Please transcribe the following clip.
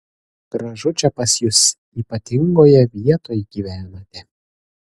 gražu čia pas jus ypatingoje vietoj gyvenate